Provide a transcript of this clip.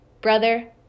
brother